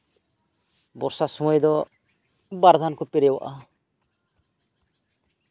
ᱵᱚᱨᱥᱟ ᱥᱚᱢᱚᱭ ᱫᱚ ᱵᱟᱨ ᱫᱷᱟᱣ ᱠᱚ ᱯᱟᱨᱮᱭᱟᱜᱼᱟ